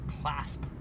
clasp